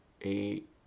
eight